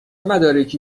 مدارکی